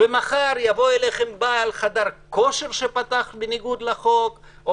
מחר יבוא אליכם בעל חדר כושר שפתח בניגוד לחוק או